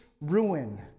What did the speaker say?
ruin